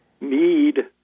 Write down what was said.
need